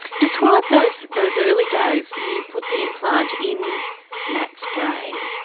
describe those those early days. you put the implant in matt's brain.